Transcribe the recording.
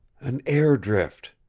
an air-drift,